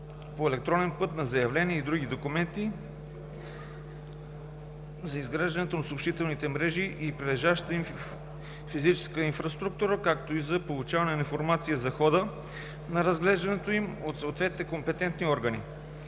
по електронен път на заявления и други документи, необходими за изграждането на съобщителните мрежи и прилежащата им физическа инфраструктура, както и за получаване на информация за хода на разглеждането им от съответните компетентни органи.